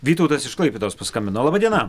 vytautas iš klaipėdos paskambino laba diena